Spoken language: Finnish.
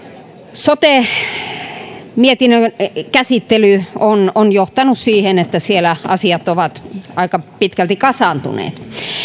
sote mietinnön käsittely on on johtanut siihen että siellä asiat ovat aika pitkälti kasaantuneet